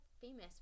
famous